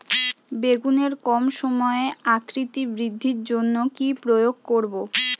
বেগুনের কম সময়ে আকৃতি বৃদ্ধির জন্য কি প্রয়োগ করব?